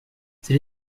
c’est